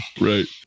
Right